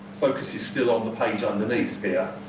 focus is still on the page underneath here,